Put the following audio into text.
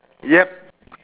yup